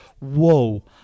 whoa